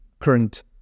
current